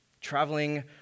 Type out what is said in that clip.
traveling